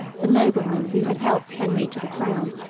the nobleman who had helped henry to the crown,